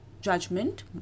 judgment